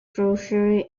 grocery